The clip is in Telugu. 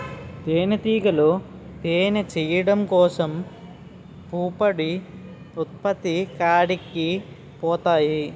తేనిటీగలు తేనె చేయడం కోసం పుప్పొడి ఉత్పత్తి కాడికి పోతాయి